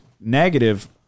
negative –